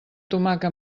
tomaca